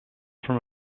from